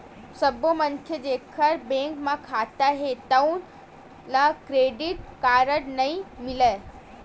सब्बो मनखे जेखर बेंक म खाता हे तउन ल क्रेडिट कारड नइ मिलय